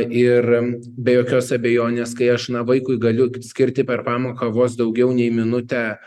ir be jokios abejonės kai aš na vaikui galiu skirti per pamoką vos daugiau nei minutę